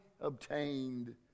obtained